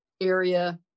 area